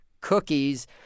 cookies